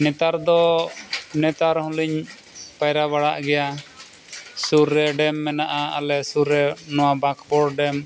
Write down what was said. ᱱᱮᱛᱟᱨ ᱫᱚ ᱱᱮᱛᱟᱨ ᱦᱚᱸᱞᱤᱧ ᱯᱟᱭᱨᱟ ᱵᱟᱲᱟᱜ ᱜᱮᱭᱟ ᱥᱩᱨ ᱨᱮ ᱰᱮᱢ ᱢᱮᱱᱟᱜᱼᱟ ᱟᱞᱮ ᱥᱩᱨ ᱨᱮ ᱱᱚᱣᱟ ᱵᱟᱸᱠᱩᱲ ᱰᱮᱢ